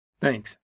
Thanks